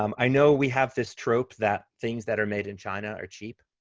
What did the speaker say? um i know we have this trope that things that are made in china are cheap,